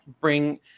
bring